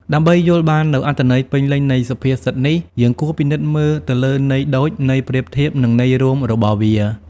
ដើម្បីយល់បាននូវអត្ថន័យពេញលេញនៃសុភាសិតនេះ យើងគួរពិនិត្យមើលទៅលើន័យដូច ន័យប្រៀបធៀប និងន័យរួមរបស់វា។